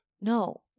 No